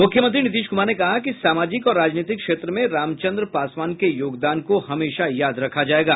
मुख्यमंत्री नीतीश कुमार ने कहा कि सामाजिक और राजनीतिक क्षेत्र में रामचंद्र पासवान के योगदान को हमेशा याद रखा जाएगा